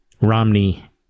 Romney